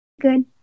Good